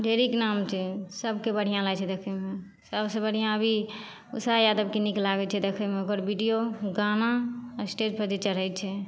ढेरिक नाम छै सभके बढ़िआँ लागै छै देखैमे सबसँ बढ़िआँ अभी उषा यादवके नीक लागै छै देखैमे ओकर वीडिओ गाना स्टेजपर जे चढ़ै छै